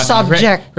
Subject